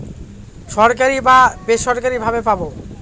সরকারি বা বেসরকারি ভাবে পাবো